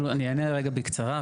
להרוויח כתוצאה מההפקעות.